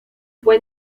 fue